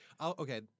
Okay